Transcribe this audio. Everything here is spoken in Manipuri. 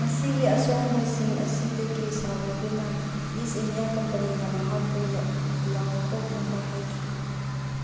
ꯃꯁꯤꯒꯤ ꯑꯁꯣꯡꯕꯁꯤꯡ ꯑꯁꯤꯗꯒꯤ ꯁꯥꯎꯔꯗꯨꯅ ꯏꯁ ꯏꯟꯗꯤꯌꯥ ꯀꯝꯄꯅꯤꯅ ꯃꯍꯥꯛꯄꯨ ꯂꯧꯊꯣꯛꯅꯕ ꯍꯥꯏꯈꯤ